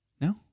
No